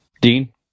Dean